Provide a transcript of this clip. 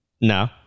No